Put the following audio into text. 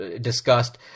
Discussed